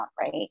Right